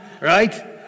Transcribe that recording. Right